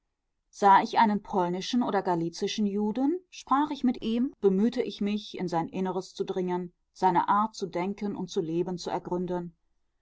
sah ich einen polnischen oder galizischen juden sprach ich mit ihm bemühte ich mich in sein inneres zu dringen seine art zu denken und zu leben zu ergründen